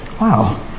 wow